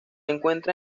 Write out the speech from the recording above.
encuentra